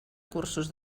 cursos